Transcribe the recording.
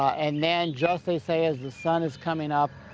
and then, just, they say, as the sun is coming up,